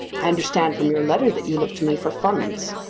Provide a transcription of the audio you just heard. i understand from your letter that you look to me for funds.